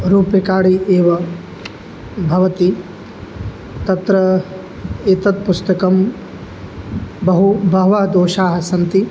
रूप्यकाणि एव भवति तत्र एतत् पुस्तकं बहु बहवः दोषाः सन्ति